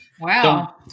Wow